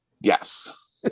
Yes